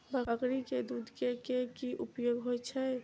बकरी केँ दुध केँ की उपयोग होइ छै?